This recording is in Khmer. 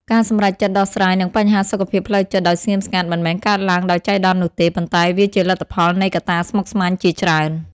ការសម្រេចចិត្តដោះស្រាយនឹងបញ្ហាសុខភាពផ្លូវចិត្តដោយស្ងៀមស្ងាត់ មិនមែនកើតឡើងដោយចៃដន្យនោះទេ ប៉ុន្តែវាជាលទ្ធផលនៃកត្តាស្មុគស្មាញជាច្រើន។